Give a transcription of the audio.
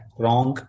wrong